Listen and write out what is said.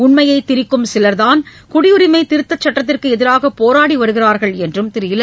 உண்மையை திரிக்கும் சிலர்தான் குடியுரிமை திருத்தச்சுட்டத்திற்கு எதிராக போராடி வருகிறார்கள் என்றும் திரு இல